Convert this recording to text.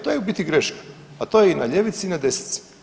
To je u biti greška, a to je i na ljevici i na desnici.